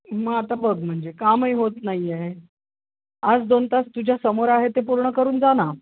मग आता बघ म्हणजे कामही होत नाही आहे आज दोन तास तुझ्या समोर आहे ते पूर्ण करून जा ना